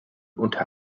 unter